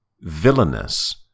Villainous